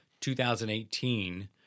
2018